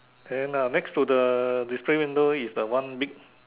then uh next to the display window is the one big